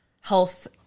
health